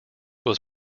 was